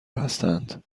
هستند